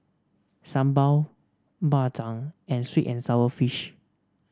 sambal Bak Chang and sweet and sour fish